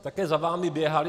Také za vámi běhali.